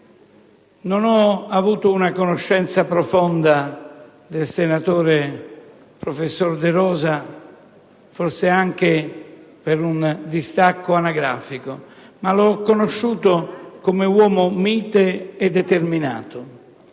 Non ho avuto una conoscenza profonda del senatore professor De Rosa, forse anche per motivi anagrafici, ma l'ho conosciuto come uomo mite e determinato;